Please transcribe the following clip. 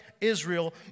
Israel